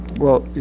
well,